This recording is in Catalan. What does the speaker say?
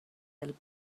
del